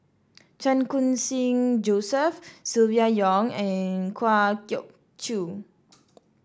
Chan Khun Sing Joseph Silvia Yong and Kwa Geok Choo